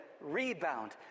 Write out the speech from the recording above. rebound